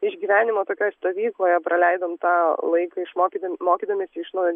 išgyvenimo tokioj stovykloje praleidom tą laiką išmokydami mokydamiesi iš naujo